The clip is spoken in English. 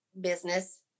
business